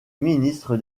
ministre